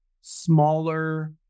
smaller